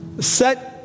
set